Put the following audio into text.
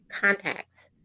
contacts